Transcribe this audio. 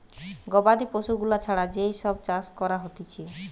গবাদি পশু গুলা ছাড়া যেই সব চাষ করা হতিছে